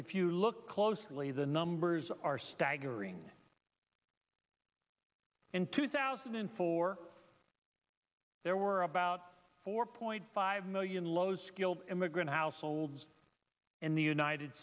if you look closely the numbers are staggering in two thousand and four there were about four point five million low skilled immigrant households in the united